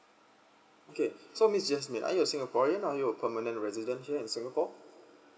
okay so miss jasmine are you a singaporean or are you permanent resident here in singapore